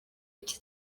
iki